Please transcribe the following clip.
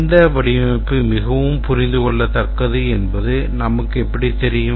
எந்த வடிவமைப்பு மிகவும் புரிந்துகொள்ளத்தக்கது என்பது நமக்கு எப்படித் தெரியும்